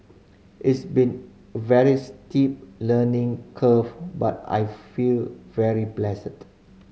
it's been very steep learning curve but I feel very blessed